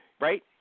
right